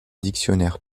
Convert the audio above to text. dictionnaire